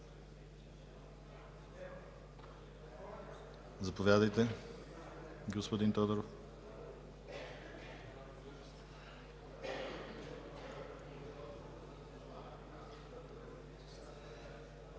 Заповядайте, господин Тодоров.